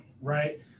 right